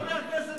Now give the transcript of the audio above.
חבר הכנסת